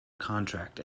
contract